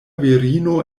virino